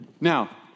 Now